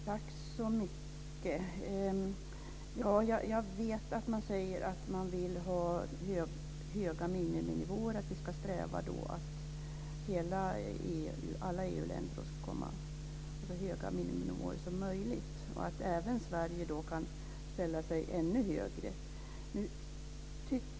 Fru talman! Jag vet att man säger att man vill ha höga miniminivåer, att alla EU-länder ska ha så höga miniminivåer som möjligt. Sverige kan då ställa sig ännu högre.